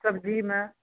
सब्जीमे